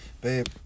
Babe